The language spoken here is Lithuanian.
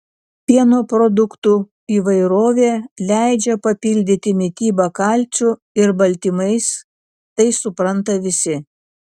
pieno produktų įvairovė leidžia papildyti mitybą kalciu ir baltymais tai supranta visi